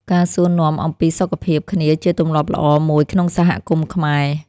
ការសួរនាំអំពីសុខភាពគ្នាជាទម្លាប់ល្អមួយក្នុងសហគមន៍ខ្មែរ។